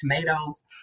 tomatoes